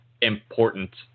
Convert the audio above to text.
important